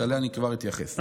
ואליה אני כבר אתייחס.